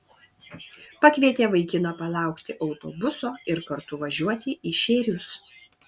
pakvietė vaikiną palaukti autobuso ir kartu važiuoti į šėrius